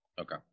Okay